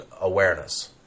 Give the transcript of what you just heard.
awareness